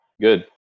Good